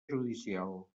judicial